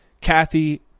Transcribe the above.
kathy